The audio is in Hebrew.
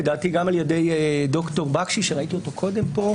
לדעתי גם על ידי ד"ר בקשי שראיתי אותו קודם פה,